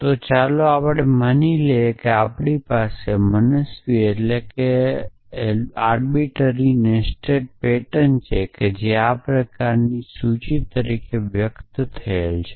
તો ચાલો આપણે માની લઈએ કે આપણી પાસે મનસ્વી નેસ્ટ્ડ પેટર્ન છે જે આ પ્રકારની સૂચિ તરીકે વ્યક્ત થયેલ છે